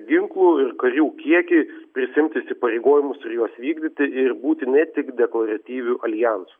ginklų ir karių kiekį prisiimti įsipareigojimus ir juos vykdyti ir būti ne tik deklaratyviu aljansu